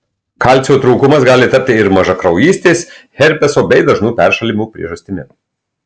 kalcio trūkumas gali tapti ir mažakraujystės herpeso bei dažnų peršalimų priežastimi